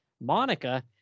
Monica